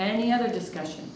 any other discussion